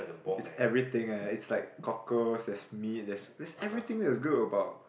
is everything eh is like cockles there's meat there's there's everything that is good about